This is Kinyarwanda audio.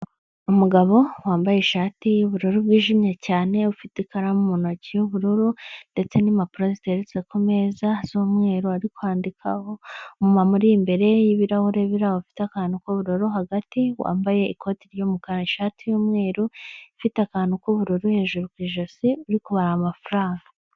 Umugabo wambaye ishati y'ubururu bwijimye cyane, ufite ikaramu mu ntoki y'ubururu, ndetse n'impapuro ziteretse ku meza z'umweru ari kwandikaho, umu mama uri imbere y'ibirahure biri aho bifite akantu k'ubururu hagati, wambaye ikoti ry'umukara ishati y'umweru, ufite akantu k'ubururu hejuru ku ijosi, uri kubara amafaranga.